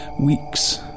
weeks